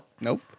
Nope